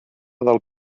del